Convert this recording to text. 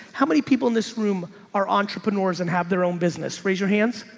how many people in this room are entrepreneurs and have their own business? raise your hands,